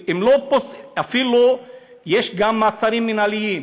אפילו יש מעצרים מינהליים.